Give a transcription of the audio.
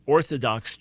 Orthodox